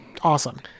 awesome